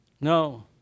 No